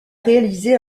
réalisé